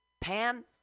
Pam